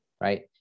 right